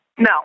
No